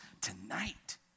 tonight